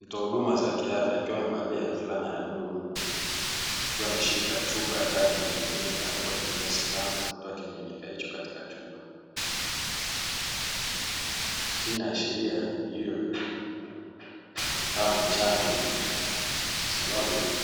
Mtu wa huduma za kiafya akiwa amevalia fulana ya bluu, akiwa ameshika chupa ya dawa yenye kimiminika huku akitumia sindano. Akitoa kimiminika hicho katika chupa. Hii inaashiria iwe ikawa ni chanjo kwa sababu